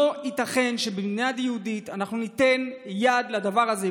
לא ייתכן שבמדינה יהודית אנחנו ניתן יד לדבר הזה.